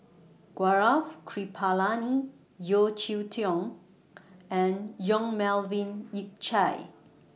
Gaurav Kripalani Yeo Cheow Tong and Yong Melvin Yik Chye